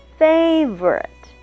favorite